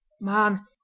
man